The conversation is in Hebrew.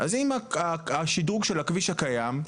אז עם השדרוג של הכביש הקיים,